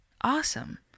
Awesome